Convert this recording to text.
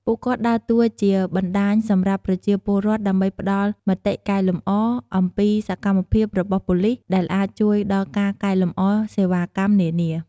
គាត់បានដើរតួជាបណ្តាញសម្រាប់ប្រជាពលរដ្ឋដើម្បីផ្តល់មតិកែលម្អអំពីសកម្មភាពរបស់ប៉ូលីស ដែលអាចជួយដល់ការកែលម្អសេវាកម្មនានា។